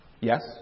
Yes